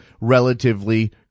relatively